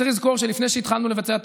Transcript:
צריך לזכור שלפני שהתחלנו לבצע את